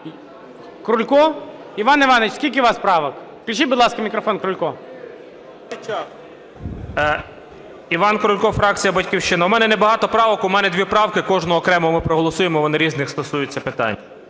Крулько? Іван Іванович, скільки у вас правок? Включіть, будь ласка, мікрофон Крулько. 14:36:45 КРУЛЬКО І.І. Іван Крулько, фракція "Батьківщина". У мене не багато правок, у мене дві правки, кожну окремо ми проголосуємо, вони різних стосуються питань.